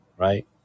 right